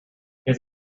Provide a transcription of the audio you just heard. his